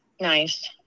Nice